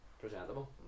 presentable